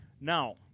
Now